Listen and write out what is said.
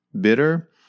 bitter